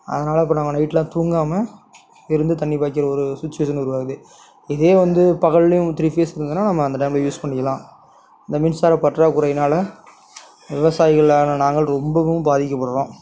அதனால் இப்போ நாங்கள் நைட்டுலாம் தூங்காமல் இருந்து தண்ணி பாய்க்கிற ஒரு சுச்சிவேஷன் உருவாகுது இதே வந்து பகல்லேயும் த்ரீ ஃபேஸ் இருந்ததுனா நம்ம அந்த டைமில் யூஸ் பண்ணிக்கலாம் இந்த மின்சார பற்றாக்குறையினால் விவசாயிகளான நாங்கள் ரொம்பவும் பாதிக்கப்படுறோம்